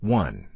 one